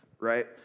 right